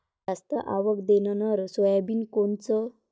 जास्त आवक देणनरं सोयाबीन बियानं कोनचं?